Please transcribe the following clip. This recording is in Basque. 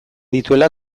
dituela